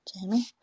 jamie